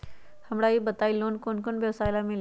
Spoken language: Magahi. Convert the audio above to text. हमरा ई बताऊ लोन कौन कौन व्यवसाय ला मिली?